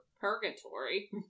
purgatory